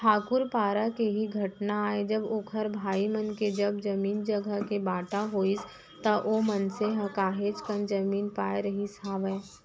ठाकूर पारा के ही घटना आय जब ओखर भाई मन के जब जमीन जघा के बाँटा होइस त ओ मनसे ह काहेच कन जमीन पाय रहिस हावय